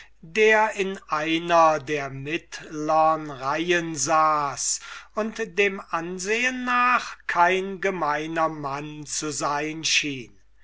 der in einer der mittlern reihen saß und dem ansehen nach kein gemeiner mann zu sein schien